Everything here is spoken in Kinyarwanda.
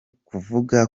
kuvuga